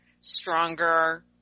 stronger